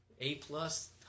A-plus